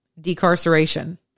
decarceration